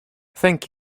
thank